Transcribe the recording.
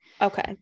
Okay